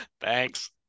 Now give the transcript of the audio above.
Thanks